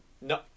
No